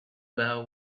vow